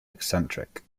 eccentric